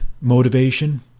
motivation